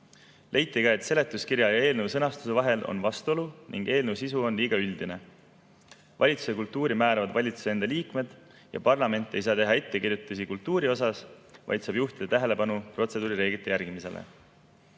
Leiti ka, et seletuskirja ja eelnõu sõnastuse vahel on vastuolu ning eelnõu sisu on liiga üldine. Valitsuse kultuuri määravad valitsuse enda liikmed ja parlament ei saa teha ettekirjutisi kultuuri osas, vaid saab juhtida tähelepanu protseduurireeglite järgimisele.